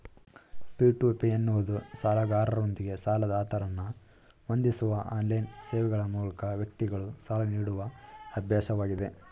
P to P ಎನ್ನುವುದು ಸಾಲಗಾರರೊಂದಿಗೆ ಸಾಲದಾತರನ್ನ ಹೊಂದಿಸುವ ಆನ್ಲೈನ್ ಸೇವೆಗ್ಳ ಮೂಲಕ ವ್ಯಕ್ತಿಗಳು ಸಾಲ ನೀಡುವ ಅಭ್ಯಾಸವಾಗಿದೆ